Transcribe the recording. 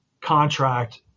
contract